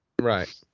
Right